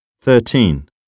Thirteen